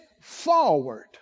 forward